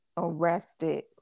Arrested